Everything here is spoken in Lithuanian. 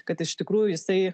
kad iš tikrųjų jisai